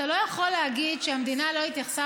אתה לא יכול להגיד שהמדינה לא התייחסה